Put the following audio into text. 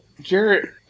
Jarrett